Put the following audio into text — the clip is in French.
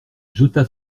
jeta